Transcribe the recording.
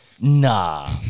Nah